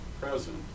present